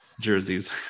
jerseys